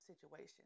situation